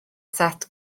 set